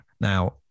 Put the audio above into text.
Now